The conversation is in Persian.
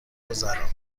گذراند